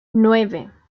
nueve